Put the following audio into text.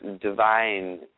divine